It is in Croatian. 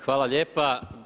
Hvala lijepa.